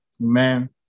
Amen